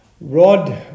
Rod